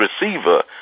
receiver